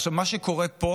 עכשיו, מה שקורה פה